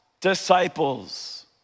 disciples